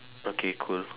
okay cool